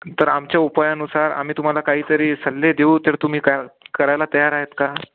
तर आमच्या उपायानुसार आम्ही तुम्हाला काहीतरी सल्ले देऊ तर तुम्ही का करायला तयार आहेत का